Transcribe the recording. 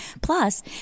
Plus